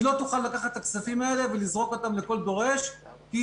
והיא לא תוכל לקחת את הכספים האלה ולזרוק אותם לכל דורש כי